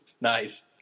Nice